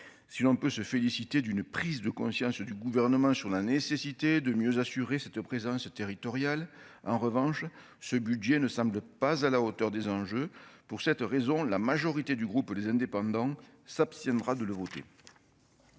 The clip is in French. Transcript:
si l'on peut se féliciter d'une prise de conscience du gouvernement sur la nécessité de mieux assurer cette présence territoriale, en revanche, ce budget ne semble pas à la hauteur des enjeux pour cette raison, la majorité du groupe, les indépendants s'abstiendra de le voter.